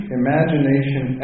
imagination